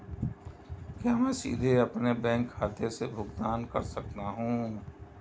क्या मैं सीधे अपने बैंक खाते से भुगतान कर सकता हूं?